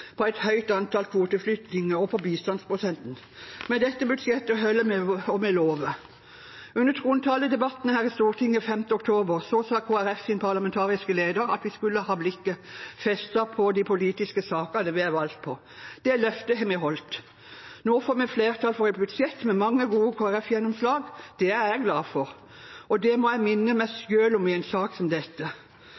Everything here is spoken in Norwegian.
på et høyt antall kvoteflyktninger og på bistandsprosenten. Med dette budsjettet holder vi hva vi lover. Under trontaledebatten her i Stortinget 5. oktober sa Kristelig Folkepartis parlamentariske leder at vi skulle ha blikket festet på de politiske sakene vi er valgt på. Det løftet har vi holdt. Nå får vi flertall for et budsjett med mange gode Kristelig Folkeparti-gjennomslag. Det er jeg glad for, og det må jeg minne meg